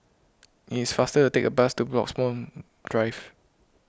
it is faster to take the bus to Bloxhome Drive